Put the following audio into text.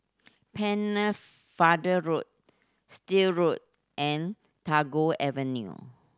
Pennefather Road Still Road and Tagore Avenue